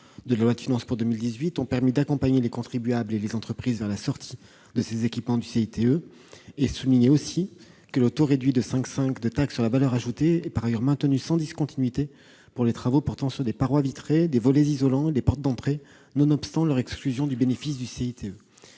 de loi de finances pour 2018 ont permis d'accompagner les contribuables et les entreprises vers la sortie de ces équipements du champ d'application du CITE. En outre, le taux réduit de 5,5 % de TVA est maintenu sans discontinuité pour les travaux portant sur des parois vitrées, des volets isolants, des portes d'entrée, nonobstant leur exclusion du bénéfice du CITE.